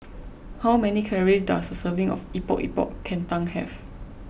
how many calories does a serving of Epok Epok Kentang have